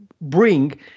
bring